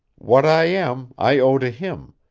what i am i owe to him,